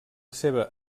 seva